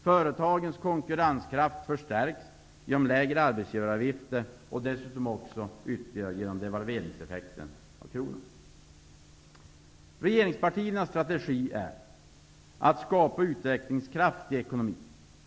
Företagens konkurrenskraft förstärks genom lägre arbetsgivaravgifter och genom devalveringseffekten. Regeringspartiernas strategi är att skapa utvecklingskraft i ekonomin.